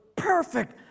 Perfect